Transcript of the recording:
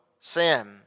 sin